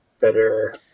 better